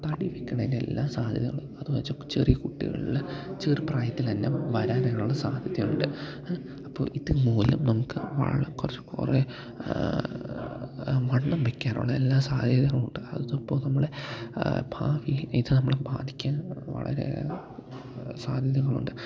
തടിവയ്ക്കുന്നതിന് എല്ലാ സാധ്യതകള് അതെന്നുവച്ചാല് ചെറിയ കുട്ടികളില് ചെറു പ്രായത്തില്തന്നെ വരാനുള്ള സാധ്യതയുണ്ട് അപ്പോള് ഇതു മൂലം നമുക്കു കുറേ വണ്ണം വയ്ക്കാനുള്ള എല്ലാ സാധ്യതകളുമുണ്ട് അതിപ്പോള് നമ്മള് ഭാവി ഇത് നമ്മളെ ബാധിക്കാൻ വളരെ സാധ്യതകളുണ്ട്